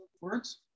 words